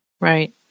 Right